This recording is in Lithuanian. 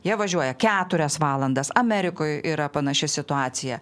jie važiuoja keturias valandas amerikoj yra panaši situacija